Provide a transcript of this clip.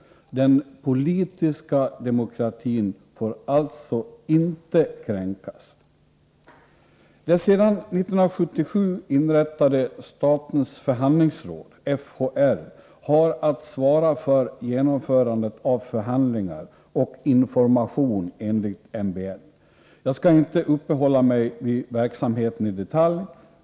Den politiska demokratin får alltså inte kränkas. Det år 1977 inrättade statens förhandlingsråd, FHR, har att svara för genomförandet av förhandlingar och information enligt MBL. Jag skall inte uppehålla mig vid verksamheten i detalj.